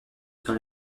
dans